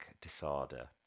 disorder